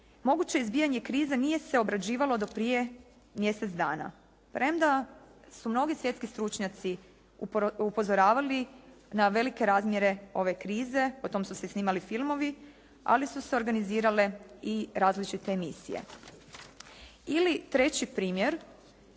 Moguće izbijanje krize nije se obrađivalo do prije mjesec dana. Premda su mnogi svjetski stručnjaci upozoravali na velike razmjere ove krize, o tom su se snimali filmovi, ali su se organizirale i različite emisije. Ili treći primjer,